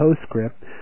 postscript